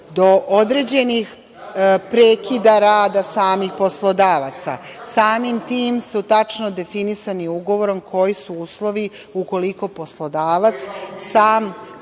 do određenih prekida rada samih poslodavaca, samim tim su tačno definisani ugovorom koji su uslovi ukoliko poslodavac sam